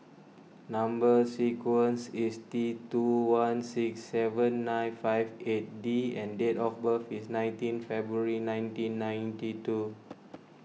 Number Sequence is T two one six seven nine five eight D and date of birth is nineteen February nineteen ninety two